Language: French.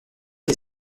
est